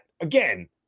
again